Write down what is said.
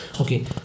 okay